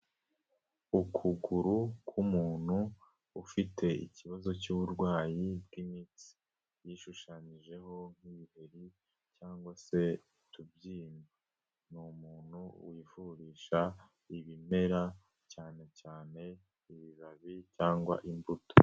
Ukuguru k'umuntu, ufite ikibazo cy'uburwayi bw'imitsi. Yishushanyijeho nk'ibiheri cyangwa se utubyimba. Ni umuntu wivurisha ibimera cyane cyane ibibabi cyangwa imbuto.